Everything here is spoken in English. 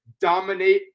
dominate